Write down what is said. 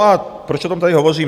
A proč o tom tady hovořím?